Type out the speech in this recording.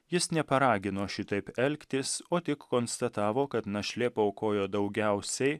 jis neparagino šitaip elgtis o tik konstatavo kad našlė paaukojo daugiausiai